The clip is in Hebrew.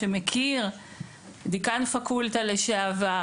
דיקן פקולטה לשעבר,